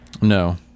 No